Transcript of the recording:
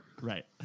right